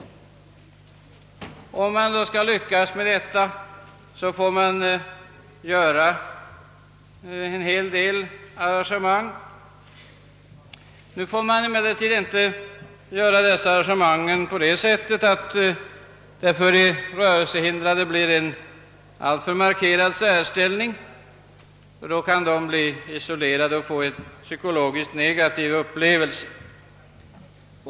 Om man skall lyckas med detta måste man göra en mängd arrangemang. Dessa skall emellertid inte ges en sådan utformning att de rörelsehindrade får en markerad särställning, ty då kan de bli isolerade och få en psykologiskt negativ upplevelse.